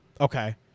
Okay